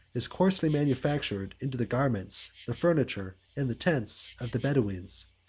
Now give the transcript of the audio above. is coarsely manufactured into the garments, the furniture, and the tents of the bedoweens.